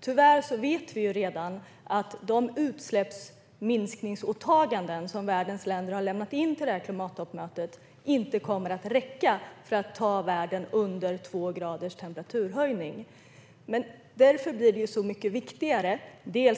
Tyvärr vet vi redan att de utsläppsminskningsåtaganden som världens länder har lämnat in till klimattoppmötet inte kommer att räcka för att ta världen under två graders temperaturhöjning. Därför blir det så mycket viktigare